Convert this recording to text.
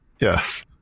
Yes